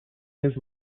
his